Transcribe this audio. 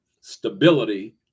stability